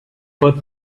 but